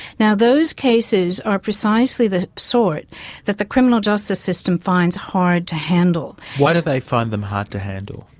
now, those cases are precisely the sort that the criminal justice system finds hard to handle. why do they find them hard to handle?